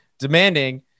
Demanding